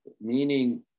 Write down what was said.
meaning